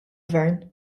gvern